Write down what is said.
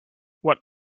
what